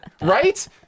Right